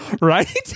Right